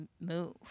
move